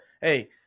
hey